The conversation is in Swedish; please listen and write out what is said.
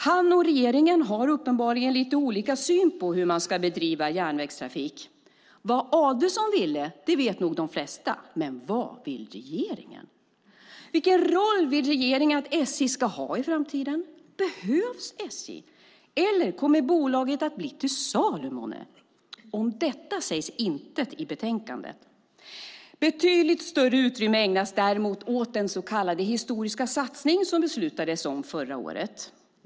Han och regeringen har uppenbarligen lite olika syn på hur man ska bedriva järnvägstrafik. Vad Adelsohn ville vet nog de flesta. Men vad vill regeringen? Vilken roll vill regeringen att SJ ska ha i framtiden? Behövs SJ, eller kommer bolaget att bli till salu, månne? Om detta sägs intet i betänkandet. Betydligt större utrymme ägnas däremot åt den så kallade historiska satsning som det beslutades om förra året.